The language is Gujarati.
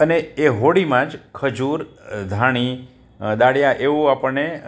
અને એ હોળીમાં જ ખજૂર ધાણી દાળિયા એવું આપણને